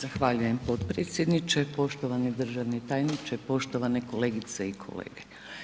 Zahvaljujem potpredsjedniče, poštovani državni tajniče, poštovane kolegice i kolege.